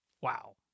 Wow